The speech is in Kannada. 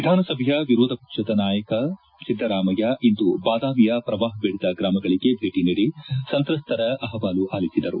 ವಿಧಾನಸಭೆಯ ವಿರೋಧ ಪಕ್ಷದ ನಾಯಕ ಸಿದ್ದರಾಮಯ್ಯ ಇಂದು ಬಾದಾಮಿಯ ಪ್ರವಾಹ ಪೀಡಿತ ಗ್ರಾಮಗಳಿಗೆ ಭೇಟಿ ನೀಡಿ ಸಂತ್ರಸ್ತರ ಅಹವಾಲು ಆಲಿಸಿದರು